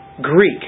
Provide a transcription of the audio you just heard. Greek